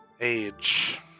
age